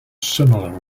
similar